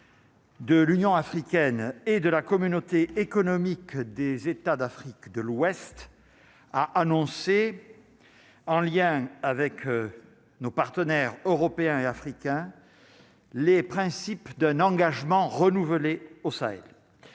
De l'Union africaine et de la Communauté économique des États d'Afrique de l'Ouest, a annoncé, en lien avec nos partenaires européens et africains les principes d'un engagement renouvelé au Sahel,